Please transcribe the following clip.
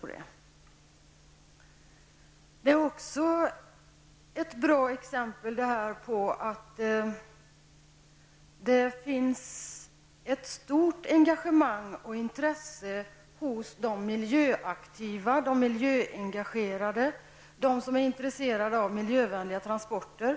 Men den här debatten är också ett bra exempel på att det finns ett stort engagemang och ett stort intresse bland miljöaktiva och miljöengagerade, bland dem som är intresserade av miljövänliga transporter.